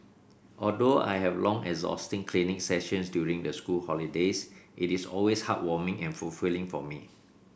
although I have long exhausting clinic sessions during the school holidays it is always heartwarming and fulfilling for me